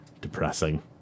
Depressing